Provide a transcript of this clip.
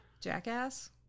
jackass